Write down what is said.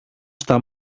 στα